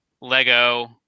Lego